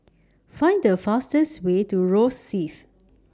Find The fastest Way to Rosyth